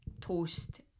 toast